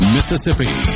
Mississippi